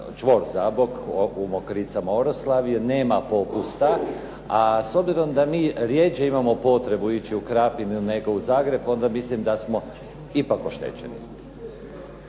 čvor Zabok u Mokricama, Oroslavlje nema popusta, a s obzirom da mi rjeđe imamo potrebu ići u Krapinu nego u Zagreb, onda mislim da smo ipak oštećeni.